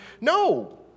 No